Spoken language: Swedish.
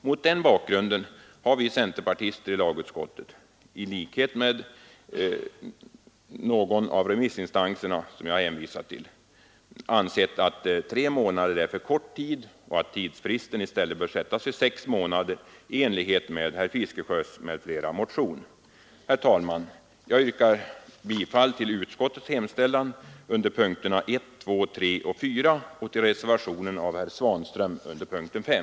Mot den bakgrunden har vi centerpartister i lagutskottet funnit, i likhet med några av remissinstanserna, som jag hänvisat till, att tre månader är för kort tid och att tidsfristen i stället bör sättas till sex månader i enlighet med kravet i motionen av herr Fiskesjö m.fl. Herr talman! Jag yrkar bifall till utskottets hemställan under punktema 1, 2, 3 och 4 och till reservationen av herr Svanström m.fl. under punkten 5.